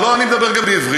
לא, אני מדבר גם בעברית,